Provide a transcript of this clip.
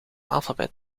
alfabet